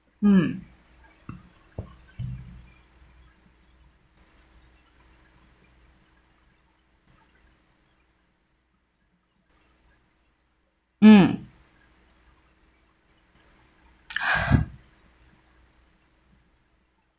mm mm